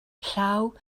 llaw